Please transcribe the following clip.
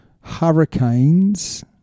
Hurricanes